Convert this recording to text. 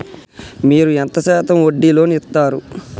మీరు ఎంత శాతం వడ్డీ లోన్ ఇత్తరు?